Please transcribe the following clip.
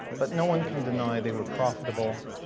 but no one can deny they were profitable,